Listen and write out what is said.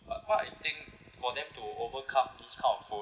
uh what I think for them to overcome this kind of phobias